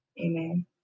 Amen